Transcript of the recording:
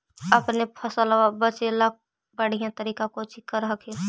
अपने फसलबा बचे ला बढ़िया तरीका कौची कर हखिन?